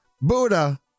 Buddha